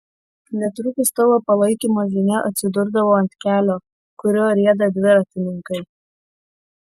netrukus tavo palaikymo žinia atsidurdavo ant kelio kuriuo rieda dviratininkai